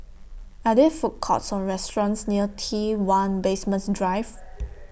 Are There Food Courts Or restaurants near T one Basement Drive